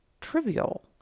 trivial